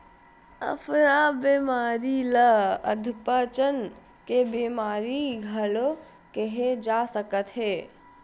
अफरा बेमारी ल अधपचन के बेमारी घलो केहे जा सकत हे